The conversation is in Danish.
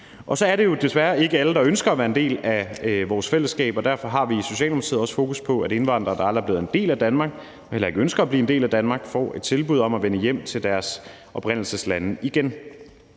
Det er jo så desværre ikke alle, der ønsker at være en del af vores fællesskab, og derfor har vi i Socialdemokratiet også fokus på, at indvandrere, der aldrig er blevet en del af Danmark og heller ikke ønsker at blive en del af Danmark, får et tilbud om at vende hjem til deres oprindelseslande igen.